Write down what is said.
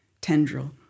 tendril